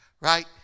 right